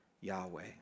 Yahweh